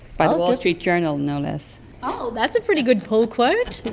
by the wall street journal, no less oh. that's a pretty good pull quote.